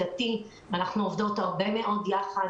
מרץ.